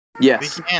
Yes